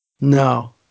No